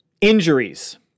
injuries